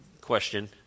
question